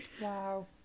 Wow